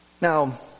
now